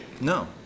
No